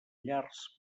llars